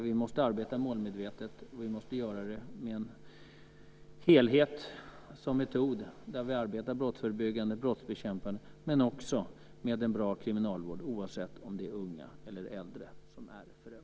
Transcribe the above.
Vi måste arbeta målmedvetet och göra det med helheten som metod. I det jobbet ska vi arbeta brottsförebyggande och brottsbekämpande men också med en bra kriminalvård, oavsett om det är unga eller om det är äldre som är förövare.